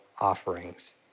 offerings